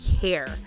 care